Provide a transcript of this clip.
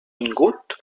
vingut